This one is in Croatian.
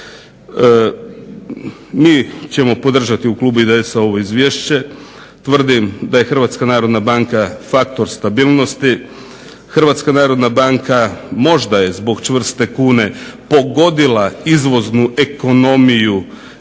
Mi ćemo podržati u klubu IDS-a ovo izvješće. Tvrdim da je Hrvatska narodna banka faktor stabilnosti, Hrvatska narodna banka možda je zbog čvrste kune pogodila izvoznu ekonomiju